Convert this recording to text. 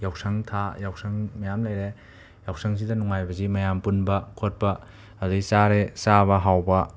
ꯌꯥꯎꯁꯪ ꯊꯥ ꯌꯥꯎꯁꯪ ꯃꯌꯥꯝ ꯂꯩꯔꯦ ꯌꯥꯎꯁꯪꯁꯤꯗ ꯅꯨꯉꯥꯏꯕꯁꯤ ꯃꯌꯥꯝ ꯄꯨꯟꯕ ꯈꯣꯠꯄ ꯑꯗꯒꯤ ꯆꯥꯔꯦ ꯆꯥꯕ ꯍꯥꯎꯕ